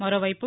మరోవైపు